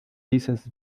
dices